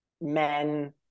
men